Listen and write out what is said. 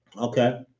Okay